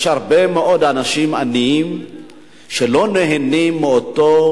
יש הרבה מאוד אנשים עניים שלא נהנים מאותו